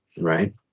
right